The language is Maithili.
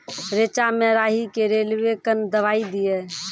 रेचा मे राही के रेलवे कन दवाई दीय?